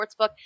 Sportsbook